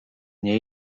nie